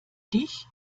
dich